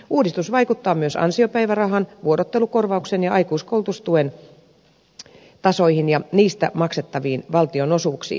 uudistus vaikuttaa myös ansiopäivärahan vuorottelukorvauksen ja aikuiskoulutustuen tasoihin ja niistä maksettaviin valtionosuuksiin